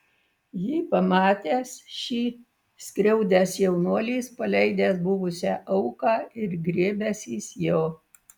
jį pamatęs šį skriaudęs jaunuolis paleidęs buvusią auką ir griebęsis jo